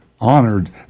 honored